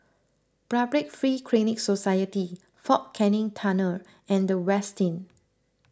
Public Free Clinic Society fort Canning Tunnel and the Westin